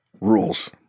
rules